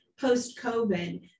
post-COVID